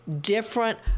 different